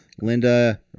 linda